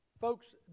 Folks